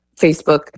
Facebook